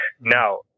now